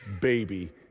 baby